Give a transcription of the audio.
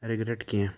regret کیٚنٛہہ